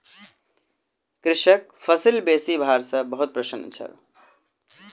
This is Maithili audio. कृषक फसिल बेसी भार सॅ बहुत प्रसन्न छल